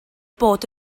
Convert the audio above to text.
bod